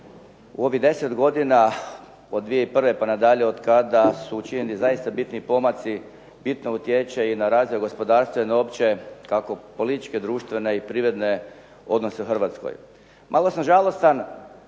u ovih deset godina od 2001. pa nadalje od kada su učinjeni zaista bitni pomaci bitno utječe i na razvoj gospodarstva i uopće kako na političke, društvene i privredne odnose u Hrvatskoj. Malo sam žalostan